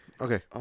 Okay